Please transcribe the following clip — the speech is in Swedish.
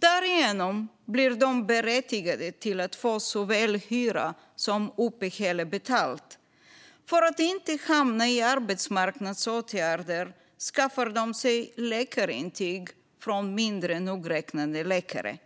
Därigenom blir de berättigade till att få såväl hyra som uppehälle betalt. För att inte hamna i arbetsmarknadsåtgärder skaffar de sig läkarintyg från mindre nogräknade läkare.